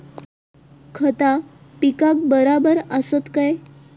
खता पिकाक बराबर आसत काय?